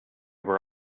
were